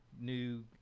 new